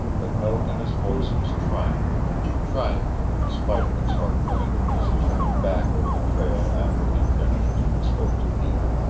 the note in his voice was triumph triumph in spite of its heartbreak as he turned back over the trail after he had finished, and spoke to peter.